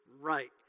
Right